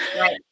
Right